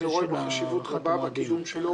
אני רואה בו חשיבות רבה בקידום שלו,